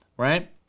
right